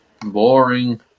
Boring